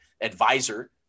advisor